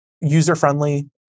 user-friendly